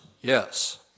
yes